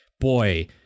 boy